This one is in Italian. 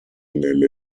nelle